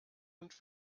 und